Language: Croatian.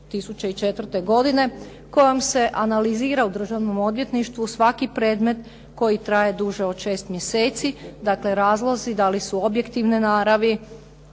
2004. godine, koja se analizira u državnom odvjetništvu, svaki predmet koji traje duže od 6 mjeseci dakle razlozi da li su objektivne naravi